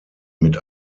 mit